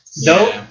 No